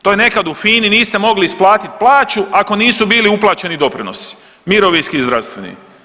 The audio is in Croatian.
To je nekad u FINA-i niste mogli isplatiti plaću ako nisu bili uplaćeni doprinosi mirovinski i zdravstveni.